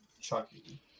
Chucky